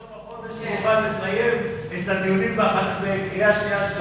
עד סוף החודש נוכל לסיים את הדיונים בקריאה שנייה ושלישית.